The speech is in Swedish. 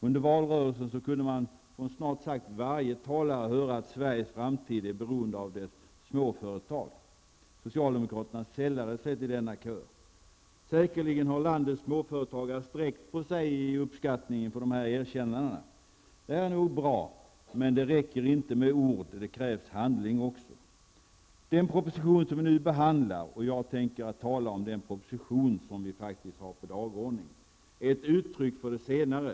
Under valrörelsen kunde man från snart sagt varje talare höra att Sveriges framtid är beroende av dess småföretag. Socialdemokraterna sällade sig till denna kör. Säkerligen har landets småföretagare sträckt på sig av uppskattning inför dessa erkännanden. Detta är nog bra, men det räcker inte med ord. Det krävs handling också. Den proposition som vi nu behandlar, och jag tänker tala om den proposition som vi faktiskt har på dagordningen, är ett uttryck för det senare.